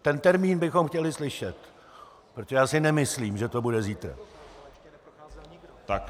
Ten termín bychom chtěli slyšet, protože si nemyslím, že to bude zítra.